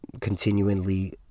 continually